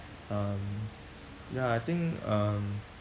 um ya I think um